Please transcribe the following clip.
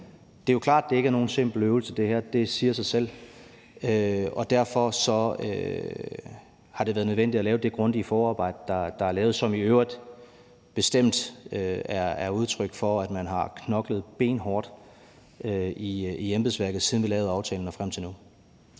Det er klart, at det her ikke er nogen simpel øvelse, det siger sig selv, og derfor har det været nødvendigt at lave det grundige forarbejde, der er lavet, som i øvrigt bestemt er udtryk for, at man har knoklet benhårdt i embedsværket, siden vi lavede aftalen og frem til nu.